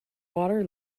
water